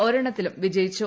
ഒരെണ്ണത്തിലും വിജയിച്ചു